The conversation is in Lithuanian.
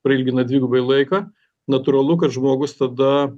prailgina dvigubai laiką natūralu kad žmogus tada